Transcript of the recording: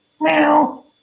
meow